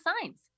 signs